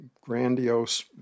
grandiose